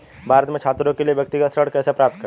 भारत में छात्रों के लिए व्यक्तिगत ऋण कैसे प्राप्त करें?